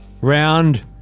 round